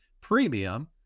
premium